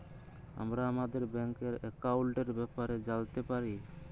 আমরা আমাদের ব্যাংকের একাউলটের ব্যাপারে জালতে পারি